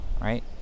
right